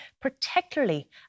particularly